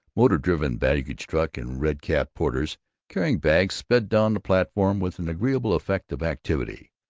motor-driven baggage-trucks and red-capped porters carrying bags sped down the platform with an agreeable effect of activity.